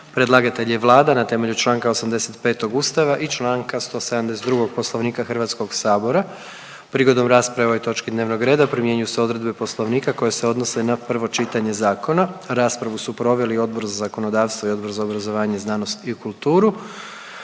Predlagatelj je Vlada na temelju čl. 85. Ustava i čl. 172. Poslovnika Hrvatskog sabora. Prigodom rasprave o ovoj točki dnevnog reda primjenjuju se odredbe Poslovnika koje se odnose na prvo čitanje zakona. Raspravu su proveli Odbor za zakonodavstvo i Odbor za obrazovanje, znanost i kulturu.